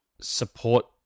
support